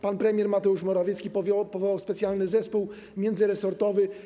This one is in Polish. Pan premier Mateusz Morawiecki powołał specjalny zespół międzyresortowy.